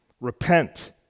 Repent